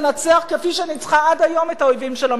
כפי שניצחה עד היום את האויבים שלה מבחוץ.